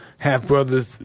Half-brothers